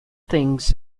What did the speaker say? things